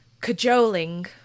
cajoling